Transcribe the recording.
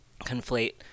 conflate